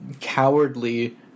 cowardly